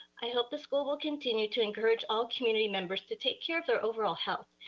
i hope the school will continue to encourage all community members to take care of their overall health,